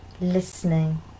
listening